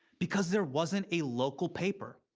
because there wasn't a local paper.